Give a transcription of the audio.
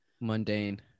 Mundane